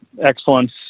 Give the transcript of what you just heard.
excellence